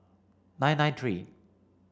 nine nine three